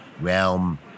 realm